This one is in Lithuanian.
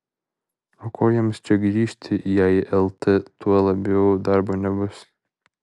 o ko jiems čia grįžti jei lt tuo labiau darbo nebus